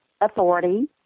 authority